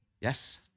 yes